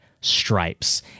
Stripes